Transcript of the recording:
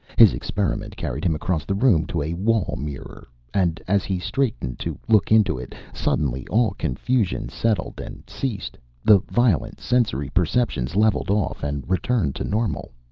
his experiment carried him across the room to a wall-mirror, and as he straightened to look into it, suddenly all confusion settled and ceased. the violent sensory perceptions leveled off and returned to normal.